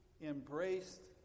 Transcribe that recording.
embraced